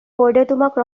তোমাক